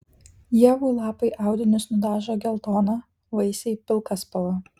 ievų lapai audinius nudažo geltona vaisiai pilka spalva